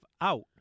out